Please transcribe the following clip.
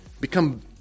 become